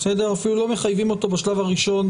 אפילו לא מחייבים אותו בשלב הראשון,